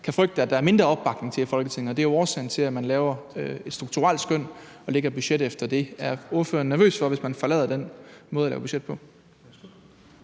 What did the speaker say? kan frygte der er mindre opbakning til i Folketinget. Det er jo årsagen til, at man laver et strukturelt skøn og lægger budget efter det. Er ordføreren nervøs for, at man forlader den måde at lave budget på?